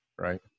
right